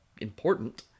important